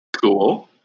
Cool